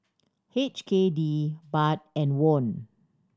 H K D Baht and Won